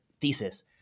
thesis